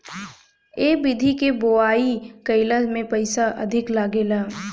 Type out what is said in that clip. ए विधि के बोआई कईला में पईसा अधिका लागेला